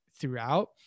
throughout